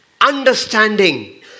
understanding